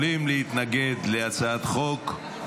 יכולים להתנגד להצעת חוק,